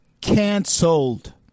Cancelled